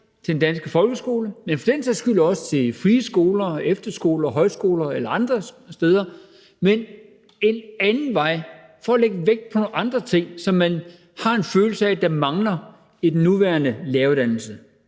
til den danske folkeskole, og for den sags skyld også til frie skoler, efterskoler, højskoler eller andre steder, men der har været et ønske om en anden vej for at lægge vægt på nogle andre ting, som man har en følelse af mangler i den nuværende læreruddannelse.